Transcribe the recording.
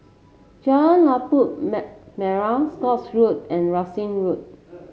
Jalan Labu Merah Scotts Road and Russel Road